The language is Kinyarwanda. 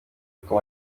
uko